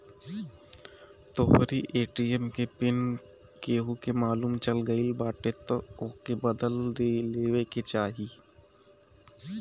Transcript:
तोहरी ए.टी.एम के पिन केहू के मालुम चल गईल बाटे तअ ओके बदल लेवे के चाही